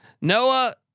Noah